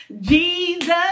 Jesus